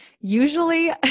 usually